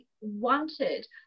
wanted